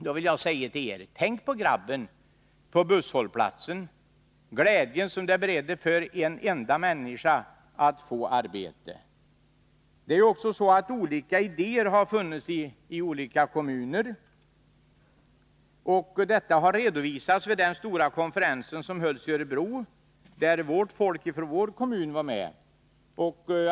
Då vill jag säga till er: Tänk på grabben på busshållplatsen, vilken glädje det var för en enda människa att få arbete. Olika idéer har funnits i olika kommuner, och detta har redovisats vid den stora konferens som hölls i Örebro, där folk från vår kommun var med.